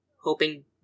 Hoping